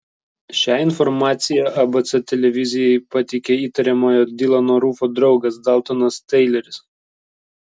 šią informaciją abc televizijai pateikė įtariamojo dilano rufo draugas daltonas taileris